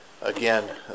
Again